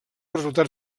resultat